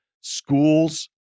schools